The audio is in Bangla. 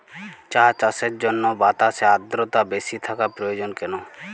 চা চাষের জন্য বাতাসে আর্দ্রতা বেশি থাকা প্রয়োজন কেন?